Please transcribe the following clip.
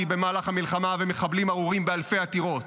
במהלך המלחמה ומחבלים ארורים באלפי עתירות?